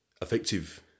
effective